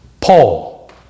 Paul